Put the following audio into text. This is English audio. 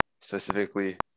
specifically